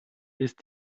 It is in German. ist